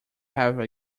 have